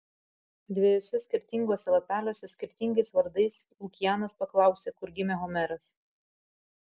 dviejuose skirtinguose lapeliuose skirtingais vardais lukianas paklausė kur gimė homeras